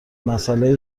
مساله